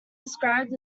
described